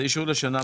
זה אישור לשנה בלבד.